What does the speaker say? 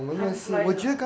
time flies uh